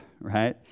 right